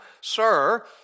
sir